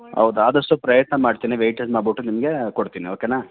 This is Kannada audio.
ಹೌದ್ ಆದಷ್ಟು ಪ್ರಯತ್ನ ಮಾಡ್ತೀನಿ ವೆಯ್ಟೇಜ್ ಮಾಡ್ಬುಟ್ಟು ನಿಮಗೆ ಕೊಡ್ತೀನಿ ಓಕೆನಾ